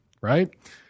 right